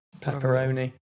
Pepperoni